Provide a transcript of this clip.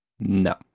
No